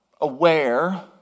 aware